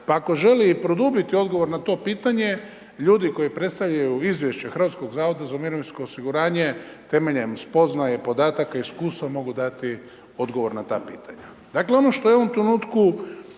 pa ako želi i produbiti odgovor na to pitanje, ljudi koji predstavljaju izvješće HZMO temeljem spoznaje, podataka i iskustva mogu dati odgovor na ta pitanja. Ono što je u ovom trenutku